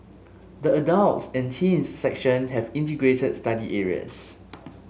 the adults and teens section have integrated study areas